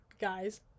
Guys